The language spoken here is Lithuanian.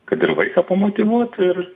kad ir vaiką pamotyvuot ir